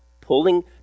pulling